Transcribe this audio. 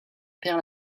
perd